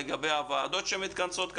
הוועדות שמתכנסות.